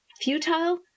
futile